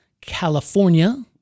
California